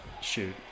shoot